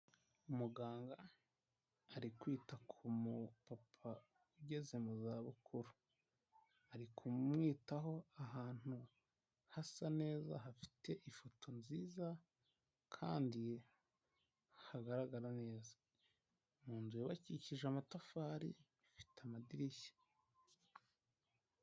Umuganga ari kwita ku mupapa ugeze mu zabukuru, ari kumwitaho ahantu hasa neza hafite ifoto nziza kandi hagaragara neza, mu nzu yabakishije amatafari ifite amadirishya.